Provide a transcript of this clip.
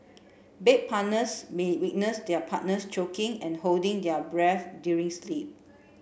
bed partners may witness their partners choking and holding their breath during sleep